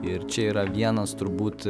ir čia yra vienas turbūt